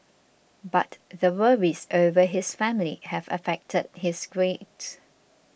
but the worries over his family have affected his grades